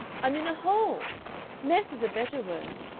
i'm in a hole mess is a better word,